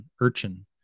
Urchin